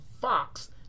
Fox